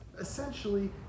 essentially